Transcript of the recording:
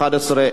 11,